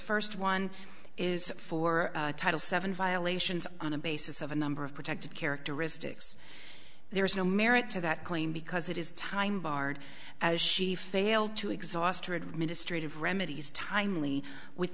first one is for title seven violations on the basis of a number of protected characteristics there is no merit to that claim because it is time barred as she failed to exhaust her administrative remedies timely with